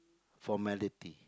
formality